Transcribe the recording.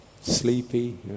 sleepy